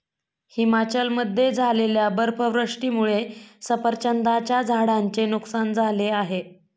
हिमाचलमध्ये झालेल्या बर्फवृष्टीमुळे सफरचंदाच्या झाडांचे नुकसान झाले आहे